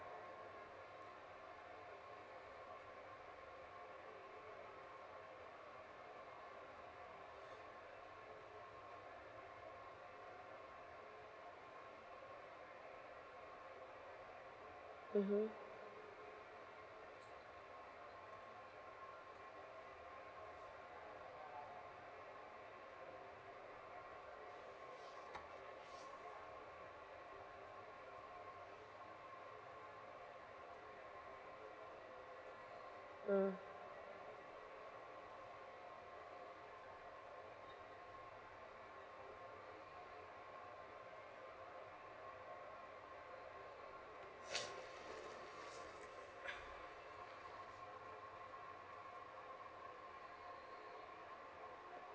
mmhmm mm